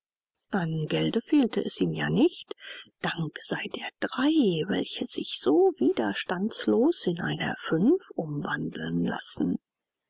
an gelde fehlte es ihm ja nicht dank sei der drei welche sich so widerstandlos in eine fünf umwandeln lassen